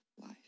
life